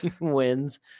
wins